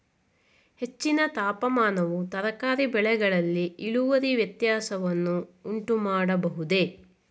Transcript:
ಹೆಚ್ಚಿನ ತಾಪಮಾನವು ತರಕಾರಿ ಬೆಳೆಗಳಲ್ಲಿ ಇಳುವರಿ ವ್ಯತ್ಯಾಸವನ್ನು ಉಂಟುಮಾಡಬಹುದೇ?